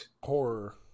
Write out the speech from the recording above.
Horror